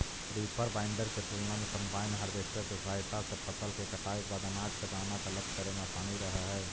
reaper binder के तुलना में कम्बाइन हार्वेस्टर के सहायता से फसल के कटाई के बाद अनाज के दाना के अलग करे में असानी रहऽ हई